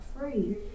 free